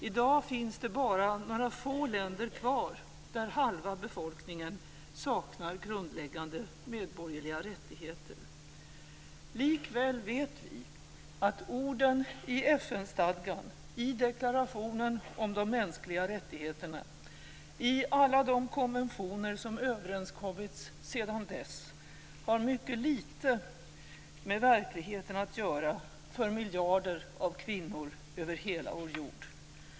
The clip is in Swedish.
I dag finns det bara några få länder kvar där halva befolkningen saknar grundläggande medborgerliga rättigheter. Likväl vet vi att orden i FN-stadgan, i deklarationen om de mänskliga rättigheterna, i alla de konventioner som överenskommits sedan dess, har mycket lite med verkligheten att göra för miljarder av kvinnor över hela vår jord.